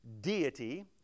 deity